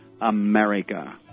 America